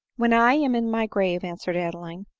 when i am in my grave, answered adeline.